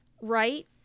right